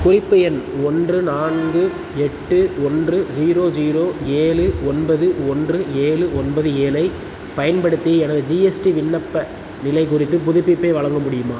குறிப்பு எண் ஒன்று நான்கு எட்டு ஒன்று ஜீரோ ஜீரோ ஏழு ஒன்பது ஒன்று ஏழு ஒன்பது ஏழு ஐப் பயன்படுத்தி எனது ஜிஎஸ்டி விண்ணப்ப நிலை குறித்து புதுப்பிப்பை வழங்க முடியுமா